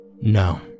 No